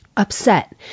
Upset